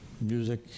music